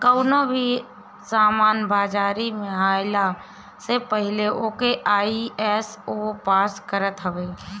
कवनो भी सामान बाजारी में आइला से पहिले ओके आई.एस.ओ पास करत हवे